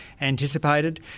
anticipated